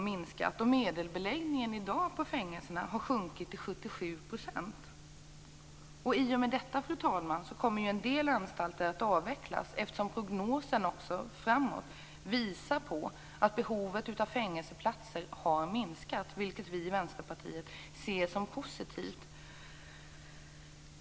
Medelbeläggningen i dag på fängelserna har sjunkit till 77 %. I och med detta, fru talman, kommer en del anstalter att avvecklas, eftersom prognosen framåt också visar att behovet av fängelseplatser har minskat. Vi i Vänsterpartiet ser det som positivt.